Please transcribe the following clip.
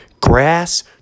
grass